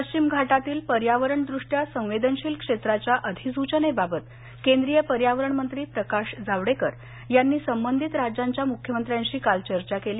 पश्चिम घाटातील पर्यावरणदृष्ट्या संवेदनशील क्षेत्राच्या अधिसूचनेबाबत केंद्रीय पर्यावरण मंत्री प्रकाश जावडेकर यांनी संबंधित राज्यांच्या मुख्यमंत्र्यांशी काल चर्चा केली